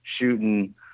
shooting